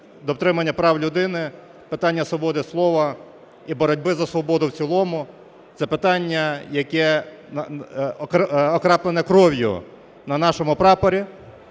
дотримання прав людини, питання свободи слова і боротьби за свободу в цілому – це питання, яке окроплено кров'ю на нашому прапорі,